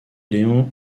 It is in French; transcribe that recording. léon